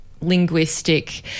linguistic